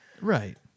Right